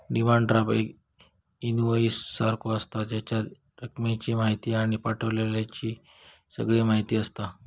demand draft एक invoice सारखो आसता, जेच्यात रकमेची म्हायती आणि पाठवण्याची सगळी म्हायती आसता